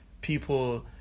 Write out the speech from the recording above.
people